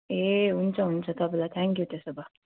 ए हुन्छ हुन्छ तपाईँलाई थ्याङ्कयू त्यसो भए